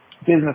business